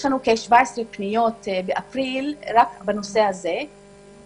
יש לנו כ-17 פניות באפריל רק בנושא הזה לעומת